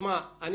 שמע,